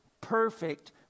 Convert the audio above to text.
perfect